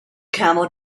camel